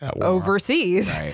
overseas